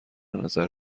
نظر